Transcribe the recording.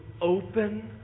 open